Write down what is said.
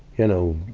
you know